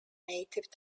native